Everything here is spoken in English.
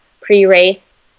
pre-race